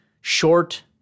short